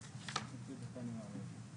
אז רק ככה נתחיל עם